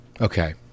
Okay